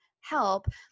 help